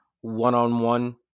One-on-one